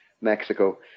Mexico